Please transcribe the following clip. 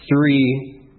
three